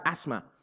asthma